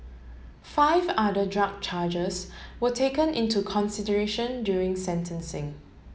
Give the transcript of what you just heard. five other drug charges were taken into consideration during sentencing